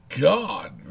God